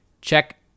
check